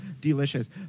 Delicious